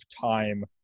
time